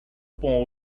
boy